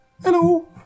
hello